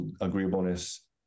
agreeableness